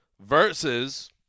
versus